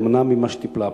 אומנם, ממה שטיפלה הפעם.